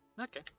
Okay